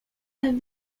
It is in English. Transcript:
have